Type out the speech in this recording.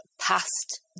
past